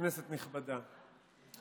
כנסת נכבדה,